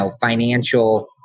financial